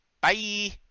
Bye